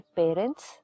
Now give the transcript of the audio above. parents